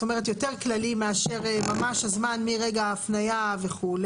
את אומרת יותר כללי מאשר ממש הזמן מרגע ההפניה וכו',